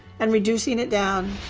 and reducing it down.